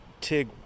TIG